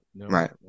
Right